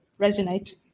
resonate